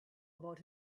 about